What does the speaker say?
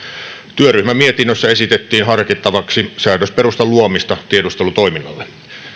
työryhmän mietinnössä esitettiin harkittavaksi säädösperustan luomista tiedustelutoiminnalle